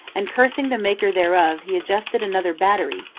and, cursing the maker thereof, he adjusted another battery,